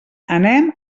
anem